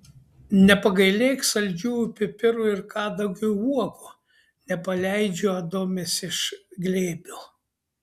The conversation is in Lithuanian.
nepagailėk saldžiųjų pipirų ir kadagio uogų nepaleidžiu adomės iš glėbio